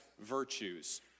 virtues